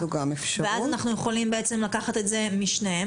ואז אנחנו יכולים בעצם לקחת את זה משניהם